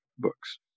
Books